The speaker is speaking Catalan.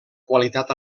qualitat